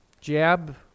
jab